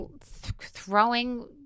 throwing